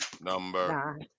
number